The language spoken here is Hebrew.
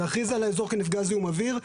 להכריז על האזור כנפגע זיהום אוויר,